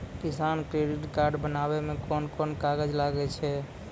किसान credit card बनाबै मे कोन कोन कागज लागै छै?